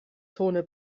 zone